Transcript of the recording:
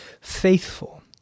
faithful